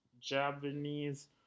Japanese